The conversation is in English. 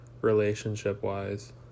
relationship-wise